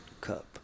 cup